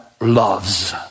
loves